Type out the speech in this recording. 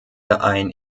ein